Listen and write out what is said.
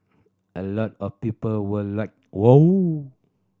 a lot of people were like wow